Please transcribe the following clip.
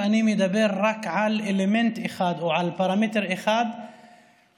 ואני מדבר רק על אלמנט אחד או על פרמטר אחד שלפיו